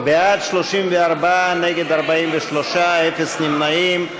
בעד, 34, נגד, 43, אפס נמנעים.